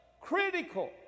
critical